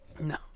No